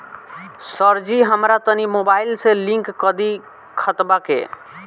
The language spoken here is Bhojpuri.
सरजी हमरा तनी मोबाइल से लिंक कदी खतबा के